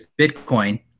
Bitcoin